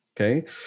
Okay